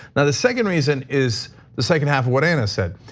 now the second reason is the second half of what ana said.